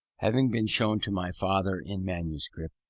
having been shown to my father in manuscript,